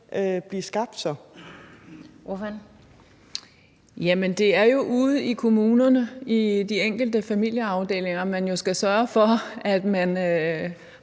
Jerkel (KF): Jamen det er ude i kommunerne i de enkelte familieafdelinger, man jo skal sørge for, at der